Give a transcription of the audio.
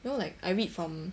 you know like I read from